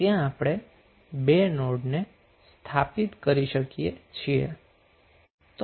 તો હવે આપણે શું કરીશું